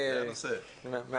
לנושא.